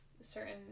certain